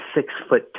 six-foot